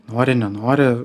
nori nenori